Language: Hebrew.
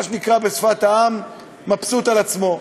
מה שנקרא בשפת העם מבסוט על עצמו.